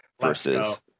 versus